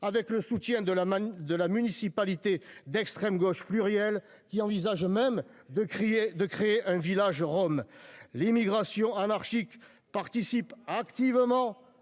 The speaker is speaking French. avec le soutien de la de la municipalité d'extrême gauche plurielle qui envisage même de crier, de créer un village rom l'immigration anarchique participe activement